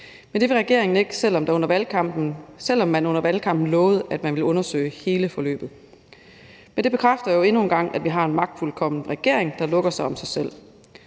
Men det vil regeringen ikke, selv om man under valgkampen lovede, at man ville undersøge hele forløbet. Det bekræfter endnu en gang, at vi har en magtfuldkommen regering, der lukker sig om sig selv.